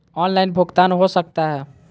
Online भुगतान हो सकता है?